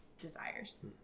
desires